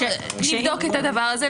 אנחנו נבדוק את הדבר הזה.